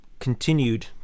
continued